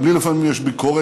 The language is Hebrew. גם לי לפעמים יש ביקורת,